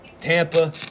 Tampa